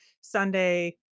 Sunday